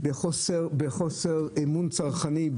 בחוסר אמון צרכני,